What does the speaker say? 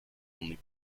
only